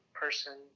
person